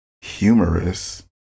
humorous